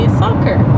soccer